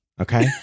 okay